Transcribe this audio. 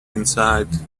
inside